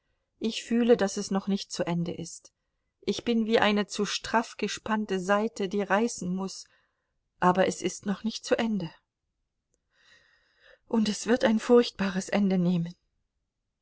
ich fühle daß es noch nicht zu ende ist ich bin wie eine zu straff gespannte saite die reißen muß aber es ist noch nicht zu ende und es wird ein furchtbares ende nehmen